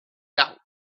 doubt